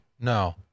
No